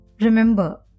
remember